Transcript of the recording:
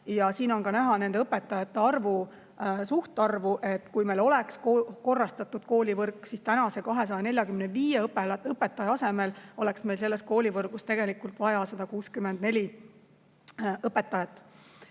Ja siin on ka näha nende õpetajate suhtarv. Kui meil oleks korrastatud koolivõrk, siis tänase [412] õpetaja asemel oleks meil selles koolivõrgus vaja 164[–245] õpetajat.